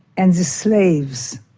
and the slaves